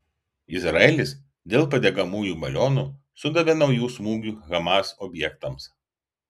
izraelis dėl padegamųjų balionų sudavė naujų smūgių hamas objektams